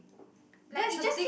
that's the thing